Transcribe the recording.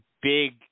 big